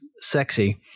sexy